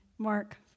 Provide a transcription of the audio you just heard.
Mark